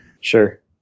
Sure